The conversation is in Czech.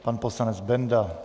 Pan poslanec Benda.